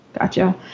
Gotcha